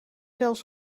zelfs